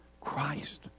Christ